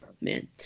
Man